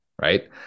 right